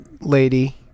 lady